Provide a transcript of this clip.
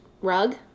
rug